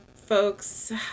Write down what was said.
Folks